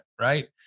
right